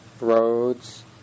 Roads